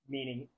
meaning